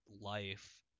life